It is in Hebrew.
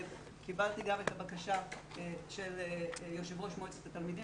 קיבלתי גם את הבקשה של יושב ראש מועצת התלמידים